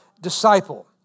disciple